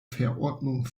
verordnung